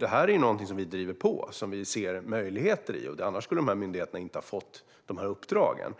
Det här är någonting som vi driver på och ser möjligheter i. Annars skulle myndigheterna inte ha fått uppdragen.